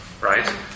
Right